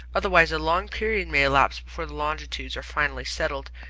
otherwise a long period may elapse before the longitudes are finally settled,